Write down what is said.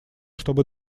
чтобы